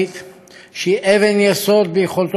שהיא אבן יסוד ביכולתו של צה"ל